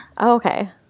Okay